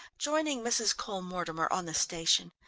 joining mrs. cole-mortimer on the station.